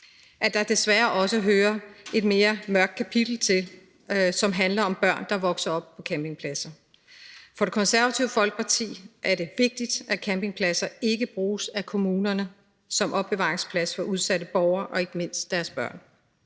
at der desværre også hører et mere mørkt kapitel til, som handler om børn, der vokser op på campingpladser. For Det Konservative Folkeparti i er det vigtigt, at campingpladser ikke bruges af kommunerne som opbevaringsplads for udsatte borgere og slet ikke deres børn.